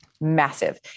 massive